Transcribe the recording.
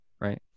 right